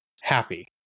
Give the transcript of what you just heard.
happy